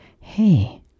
hey